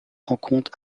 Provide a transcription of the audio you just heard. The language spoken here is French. rencontre